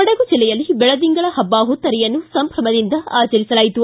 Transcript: ಕೊಡಗು ಜಿಲ್ಲೆಯಲ್ಲಿ ಬೆಳದಿಂಗಳ ಹಬ್ಬ ಹುತ್ತರಿಯನ್ನು ಸಂಭ್ರಮದಿಂದ ಆಚರಿಸಲಾಯಿತು